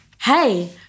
hey